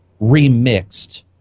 remixed